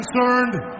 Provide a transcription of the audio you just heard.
concerned